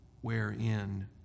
wherein